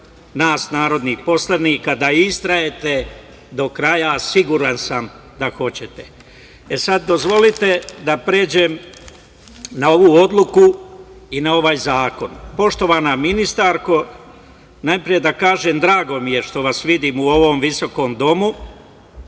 nas narodnih poslanika da istrajete do kraja, a siguran sam da hoćete. Dozvolite da pređem na ovu odluku i na ovaj zakon. Poštovana ministarko, najpre da kažem da mi je drago što vas vidim u ovom visokom domu,